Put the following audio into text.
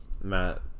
Matt